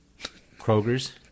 Kroger's